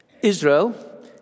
Israel